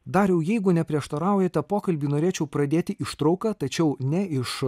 dariau jeigu neprieštaraujate pokalbį norėčiau pradėti ištrauka tačiau ne iš